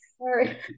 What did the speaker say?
Sorry